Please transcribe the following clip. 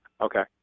Okay